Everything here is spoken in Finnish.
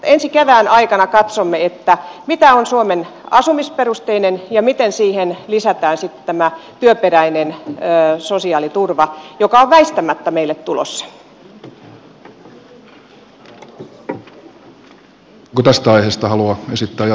ensi kevään aikana katsomme mitä on suomen asumisperusteinen sosiaaliturva ja miten siihen lisätään sitten tämä työperäinen sosiaaliturva joka on väistämättä meille tulossa